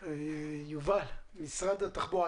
יובל, משרד התחבורה.